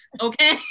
okay